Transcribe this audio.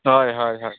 ᱦᱚᱭ ᱦᱚᱭ ᱦᱚᱭ